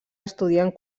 estudiant